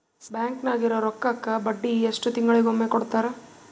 Bank ನಾಗಿರೋ ರೊಕ್ಕಕ್ಕ ಬಡ್ಡಿ ಎಷ್ಟು ತಿಂಗಳಿಗೊಮ್ಮೆ ಕೊಡ್ತಾರ?